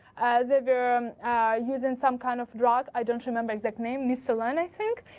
they were um using some kind of drug, i don't remember exact name, mysoline i think,